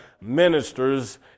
ministers